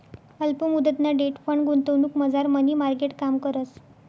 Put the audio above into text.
अल्प मुदतना debt fund गुंतवणुकमझार मनी मार्केट काम करस